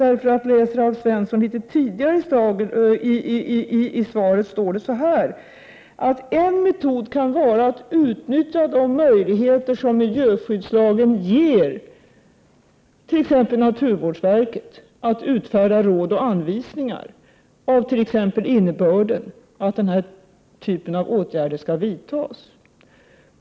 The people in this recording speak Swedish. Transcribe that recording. Läser Alf Svensson vad som står litet tidigare i svaret, finner han att jag framhåller att en metod kan vara att utnyttja de möjligheter som miljöskyddslagen ger bl.a. naturvårdsverket att utfärda råd och anvisningar, exempelvis av innebörden att den här typen av åtgärder skall vidtas.